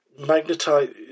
magnetite